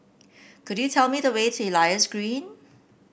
could you tell me the way to Elias Green